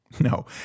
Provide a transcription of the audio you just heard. No